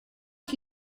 ich